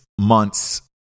months